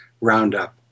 roundup